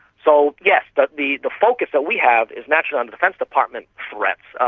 so yes, but the the focus that we have is naturally on the defence department threats,